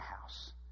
house